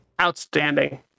Outstanding